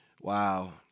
wow